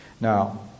Now